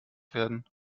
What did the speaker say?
werden